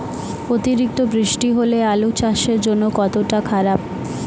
অতিরিক্ত বৃষ্টি হলে আলু চাষের জন্য কতটা খারাপ?